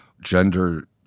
gender